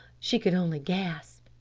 she could only gasp.